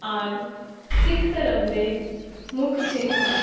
ਆਦਿ ਸਿੱਖ ਧਰਮ ਦੇ ਮੁੱਖ ਚਿੰਨ੍ਹ ਹਨ